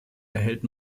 erhält